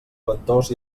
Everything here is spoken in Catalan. ventós